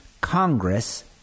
Congress